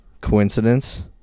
Coincidence